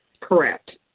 Correct